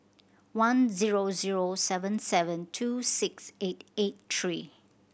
one zero zero seven seven two six eight eight three